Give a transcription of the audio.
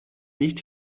nicht